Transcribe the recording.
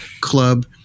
club